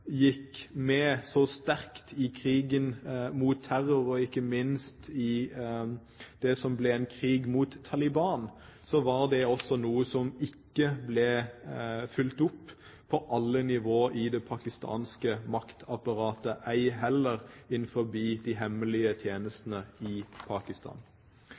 så sterkt med i krigen mot terror, og ikke minst i det som ble en krig mot Taliban, var det også noe som ikke ble fulgt opp på alle nivåer i det pakistanske maktapparatet, ei heller innenfor de hemmelige tjenestene i Pakistan.